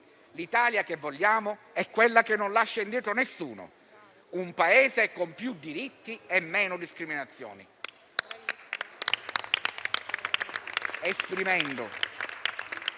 L'Italia che vogliamo è quella che non lascia indietro nessuno, un Paese con più diritti e meno discriminazioni.